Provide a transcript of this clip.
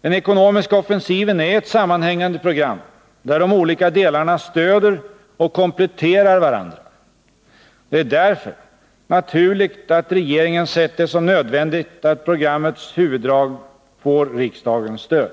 Den ekonomiska offensiven är ett sammanhängande program, där de olika delarna stöder och kompletterar varandra. Det är därför naturligt att regeringen sett det som nödvändigt att programmets huvuddrag får riksdagens stöd.